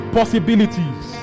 Possibilities